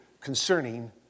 concerning